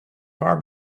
car